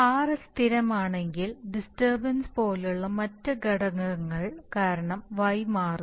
r സ്ഥിരമാണെങ്കിൽ disturbance പോലുള്ള മറ്റ് ഘടകങ്ങൾ കാരണം y മാറുന്നു